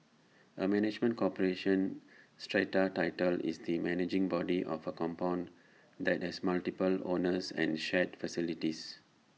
A management corporation strata title is the managing body of A compound that has multiple owners and shared facilities